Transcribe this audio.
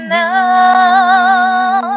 now